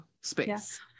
space